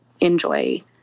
enjoy